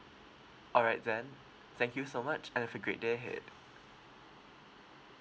all right then thank you so much and have a great day ahead